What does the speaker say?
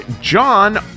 John